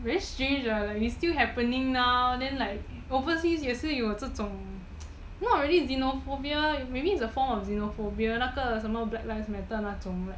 very strange lah like it's still happening now then like overseas 也是有这种 not really xenophobia maybe it's a form of xenophobia 那个什么 black lives matter 那种